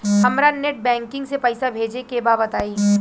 हमरा net banking से पईसा भेजे के बा बताई?